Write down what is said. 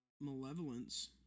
malevolence